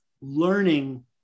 learning